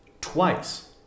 twice